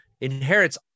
inherits